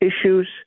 issues